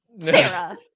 Sarah